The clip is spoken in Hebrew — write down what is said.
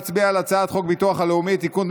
הצעת חוק הביטוח הלאומי (תיקון,